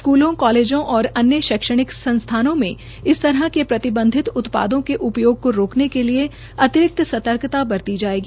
स्कूलों कॉलेजों और अन्य शैक्षणिक संस्थानों में इस तरह के प्रतिबंधित उत्पादों के उपयोग को रोकने के लिए अतिरिक्त सतर्कता बरती जाएगी